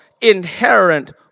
inherent